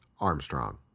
Armstrong